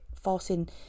forcing